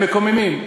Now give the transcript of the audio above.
הם מקוממים.